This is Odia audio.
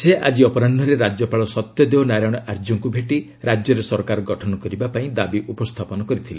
ସେ ଆକି ଅପରାହୁରେ ରାଜ୍ୟପାଳ ସତ୍ୟଦେଓ ନାରାୟଣ ଆର୍ଯ୍ୟଙ୍କୁ ଭେଟି ରାଜ୍ୟରେ ସରକାର ଗଠନ କରିବା ପାଇଁ ଦାବି ଉପସ୍ଥାପନ କରିଥିଲେ